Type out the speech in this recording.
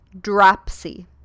dropsy